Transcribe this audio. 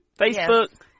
Facebook